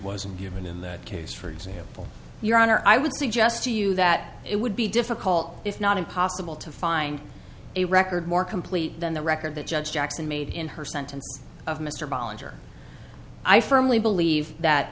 was given in that case for example your honor i would suggest to you that it would be difficult if not impossible to find a record more complete than the record that judge jackson made in her sentence of mr bollinger i firmly believe that